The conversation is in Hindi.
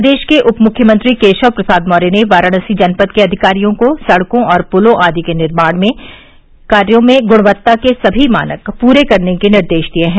प्रदेश के उप मुख्यमंत्री केशव प्रसाद मौर्य ने वाराणसी जनपद के अधिकारियों को सड़कों और पुलों आदि के निर्माण कार्यों में ग्णवत्ता के सभी मानक पूरे करने के निर्देश दिये हैं